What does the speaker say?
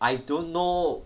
I don't know